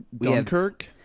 dunkirk